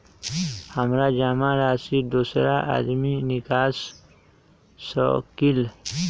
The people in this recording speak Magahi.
हमरा जमा राशि दोसर आदमी निकाल सकील?